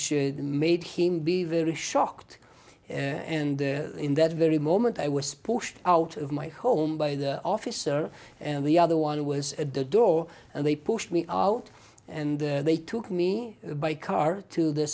him be very shocked and in that very moment i was pushed out of my home by the officer and the other one was at the door and they pushed me out and they took me by car to the